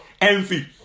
Envy